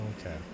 okay